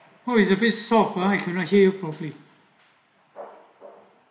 oh is very soft ah I couldn't hear you properly